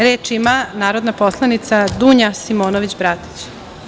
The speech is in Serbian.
Reč ima narodna poslanica Dunja Simonović Bratić.